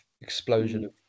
explosion